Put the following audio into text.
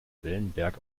wellenberg